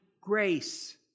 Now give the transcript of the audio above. grace